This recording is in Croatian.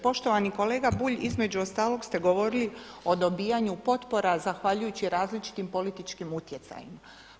Poštovani kolega Bulj, između ostalog ste govorili o dobivanju potpora zahvaljujući različitim političkim utjecajem.